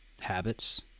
habits